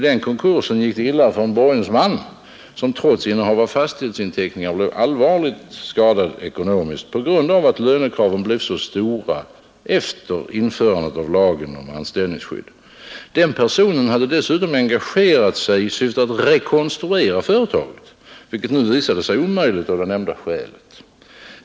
I den konkursen gick det illa för en borgensman som trots innehav av fastighetsinteckningar led allvarlig ekonomisk skada på grund av att lönekraven blev så stora efter införandet av lagen om anställningsskydd. Den personen hade dessutom engagerat sig i syfte att rekonstruera företaget, vilket nu visade sig omöjligt av det nämnda skälet.